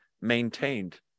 maintained